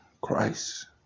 Christ